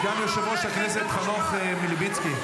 סגן יושב-ראש הכנסת חנוך מלביצקי.